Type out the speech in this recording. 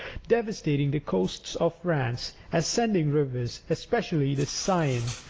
devastating the coasts of france, ascending rivers, especially the seine,